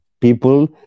people